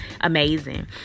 amazing